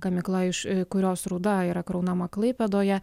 gamykla iš kurios rūda yra kraunama klaipėdoje